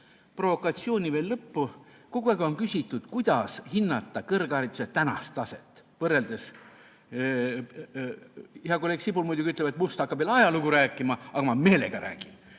provokatsiooni. Kogu aeg on küsitud, kuidas hinnata kõrghariduse tänast taset, võrreldes ... Hea kolleeg Sibul muidugi ütleb, et Must hakkab jälle ajalugu rääkima, aga ma meelega räägin.